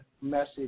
message